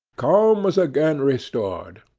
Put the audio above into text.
calm was again restored.